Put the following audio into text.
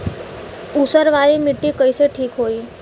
ऊसर वाली मिट्टी कईसे ठीक होई?